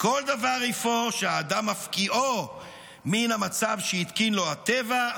"כל דבר אפוא שהאדם מפקיעו מן המצב שהתקין לו הטבע,